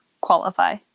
qualify